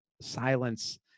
silence